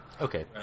Okay